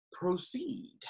proceed